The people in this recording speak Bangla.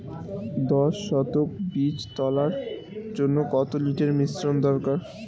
দশ শতক বীজ তলার জন্য কত লিটার মিশ্রন দরকার?